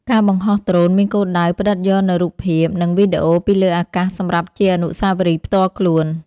ការបង្ហោះដ្រូនមានគោលដៅផ្ដិតយកនូវរូបភាព និងវីដេអូពីលើអាកាសសម្រាប់ជាអនុស្សាវរីយ៍ផ្ទាល់ខ្លួន។